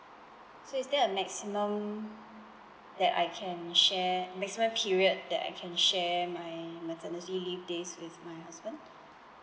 so is there a maximum that I can share maximum period that I can share my maternity leave days with my husband